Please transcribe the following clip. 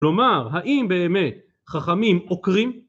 כלומר, האם באמת חכמים עוקרים